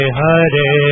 hare